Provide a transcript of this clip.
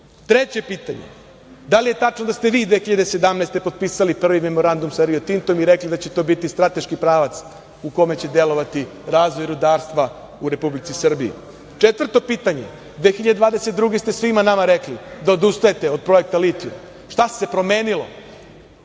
neće? Treće pitanje, da li je tačno da ste vi 2017. godine potpisali prvi Memorandum sa „Rio Tintom“ i rekli da će to biti strateški pravac u kome će delovati razvoj rudarstva u Republici Srbiji? Četvrto pitanje, 2022. godine ste svima nama rekli da odustajete od projekta litijum, šta se promenilo